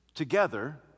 Together